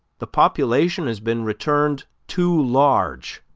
the population has been returned too large.